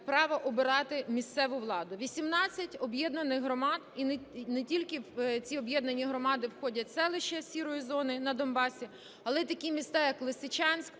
право обирати місцеву владу. Вісімнадцять об'єднаних громад, і не тільки в ці об'єднані громади входять селища "сірої" зони на Донбасі, але такі міста, як Лисичанськ,